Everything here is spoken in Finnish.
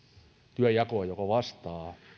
työnjakoa joka vastaa